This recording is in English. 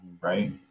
right